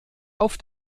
auf